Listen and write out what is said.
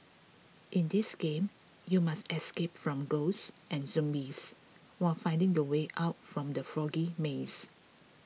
in this game you must escape from ghosts and zombies while finding the way out from the foggy maze